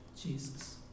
Jesus